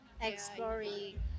exploring